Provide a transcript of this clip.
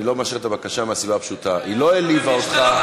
אני לא מאשר את הבקשה מהסיבה הפשוטה: היא לא העליבה אותך.